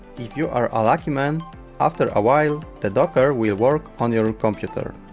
if you are a lucky man after a while, the docker will work on your ah computer